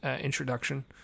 introduction